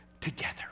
together